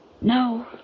no